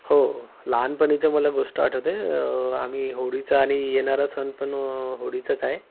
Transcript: हो लहानपणीचे मला गोष्ट आठवते आम्ही होळीचा आणि येणारा सण पण होळीचाच आहे